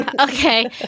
okay